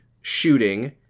shooting